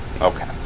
Okay